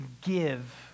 give